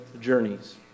journeys